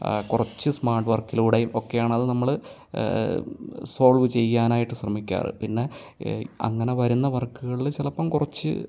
ആ കുറച്ച് സ്മാർട്ട് വർക്കിലൂടെയും ഒക്കെയാണ് അത് നമ്മൾ സോൾവ് ചെയ്യാനായിട്ട് ശ്രമിക്കാറ് പിന്നെ അങ്ങനെ വരുന്ന വർക്കുകളിൽ ചിലപ്പം കുറച്ച്